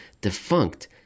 defunct